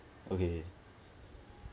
okay